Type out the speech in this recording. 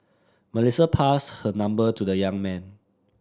Melissa passed her number to the young man